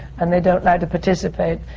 and they don't like to participate.